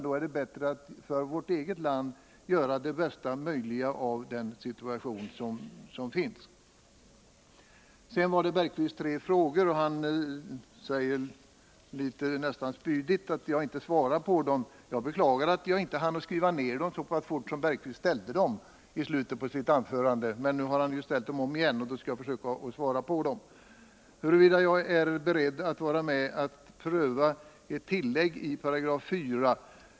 Då är det bättre att vi för vårt eget land gör det bästa möjliga av den situation som uppstått. Sedan gäller det Jan Bergqvists tre frågor. Han sade nästan litet spydigt att jaginte svarade på hans frågor. Jag beklagar att jag inte hann skriva ned dem, så pass snabbt som Jan Bergqvist ställde frågorna i slutet av sitt anförande. Men nu har han ställt dem om igen, och då skall jag försöka besvara dem. Han frågade huruvida jag är beredd att vara med om att pröva ett tillägg till §4.